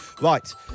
Right